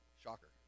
Shocker